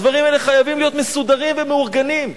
הדברים האלה חייבים להיות מסודרים ומאורגנים,